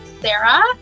sarah